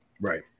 Right